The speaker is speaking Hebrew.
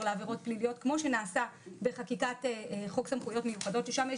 לעבירות פליליות כמו שנעשה בחקיקת חוק סמכויות מיוחדות ששם יש